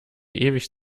ewig